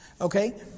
Okay